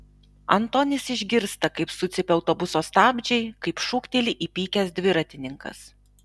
antonis išgirsta kaip sucypia autobuso stabdžiai kaip šūkteli įpykęs dviratininkas